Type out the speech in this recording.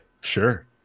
Sure